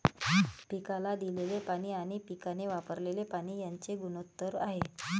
पिकाला दिलेले पाणी आणि पिकाने वापरलेले पाणी यांचे गुणोत्तर आहे